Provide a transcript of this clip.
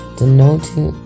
denoting